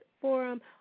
forum